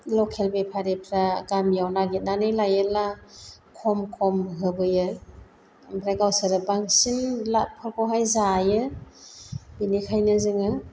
लकेल बेफारिफ्रा गामियाव नागिरनानै लायोब्ला खम खम होबोयो ओमफ्राय गावसोरो बांसिन लापफोरखौहाय जायो बेनिखायनो जोङो